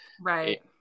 Right